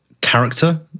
character